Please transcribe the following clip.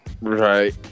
Right